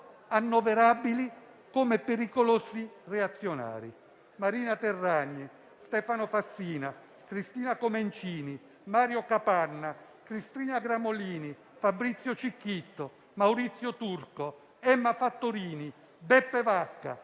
annoverabili come pericolosi reazionari: Marina Terragni, Stefano Fassina, Cristina Comencini, Mario Capanna, Cristina Gramolini, Fabrizio Cicchitto, Maurizio Turco, Emma Fattorini, Beppe Vacca,